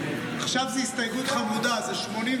עכשיו זה הסתייגות חמודה, זה 81: